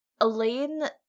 Elaine